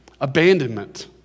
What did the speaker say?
abandonment